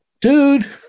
dude